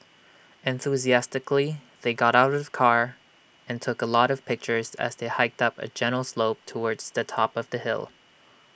enthusiastically they got out of the car and took A lot of pictures as they hiked up A gentle slope towards the top of the hill